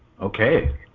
Okay